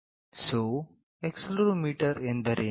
so accelerometer ಎಂದರೇನು